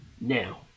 Now